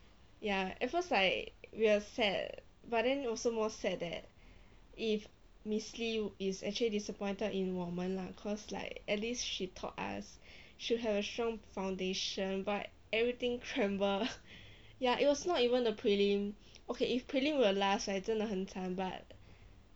ya at first like we are sad but then also more sad that if miss lee is actually disappointed in 我们 lah cause like at least she taught us should have a strong foundation but everything crumble ya it was not even the prelim okay if prelim 我 last right 真的很惨 but